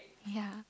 ya